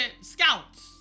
scouts